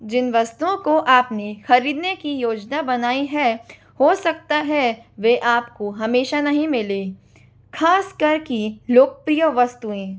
जिन वस्तुओं को आपने ख़रीदने की योजना बनाई है हो सकता है वे आपको हमेशा नहीं मिलें ख़ास कर कि लोकप्रिय वस्तुएँ